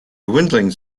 dwindling